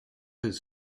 his